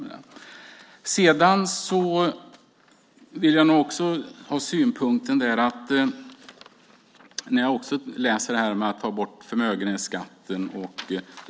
Jag läser om jobbskatteavdraget och borttagningen av förmögenhetsskatten.